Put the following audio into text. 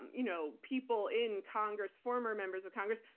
and you know people in congress, former members of congress,